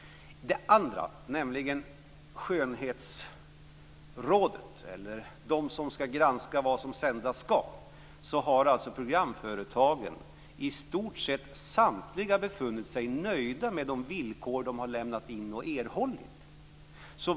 Sedan var det frågan om "skönhetsrådet" eller de som skall granska vad som sändas skall. I stort sett samtliga programföretag har varit nöjda med de villkor de har erhållit.